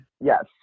Yes